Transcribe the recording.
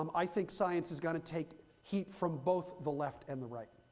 um i think science is going to take heat from both the left and the right.